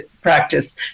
practice